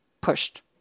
pushed